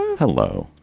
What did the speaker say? hello.